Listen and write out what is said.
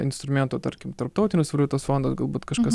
instrumentų tarkim tarptautinis valiutos fondas galbūt kažkas